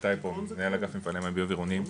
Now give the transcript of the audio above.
איתי פה מנהל אגף מפעלי מים וביוב עירוניים,